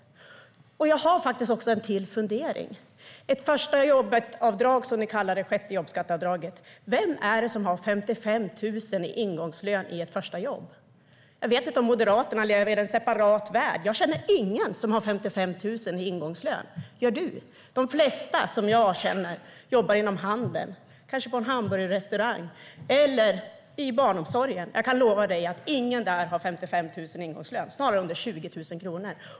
Jag har en fundering till. Det gäller ett första-jobbet-avdrag, som ni kallar det, sjätte jobbskatteavdraget. Vem är det som har 55 000 i ingångslön på sitt första jobb? Jag vet inte om Moderaterna lever i en separat värld, men jag känner ingen som har 55 000 i ingångslön. Gör Ulf Kristersson det? De flesta som jag känner jobbar inom handeln, kanske på en hamburgerrestaurang, eller i barnomsorgen. Jag kan lova att ingen där har 55 000 kronor i ingångslön. Snarare har de under 20 000 kronor.